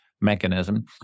mechanism